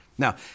Now